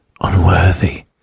unworthy